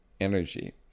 energy